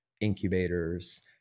incubators